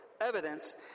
evidence